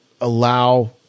allow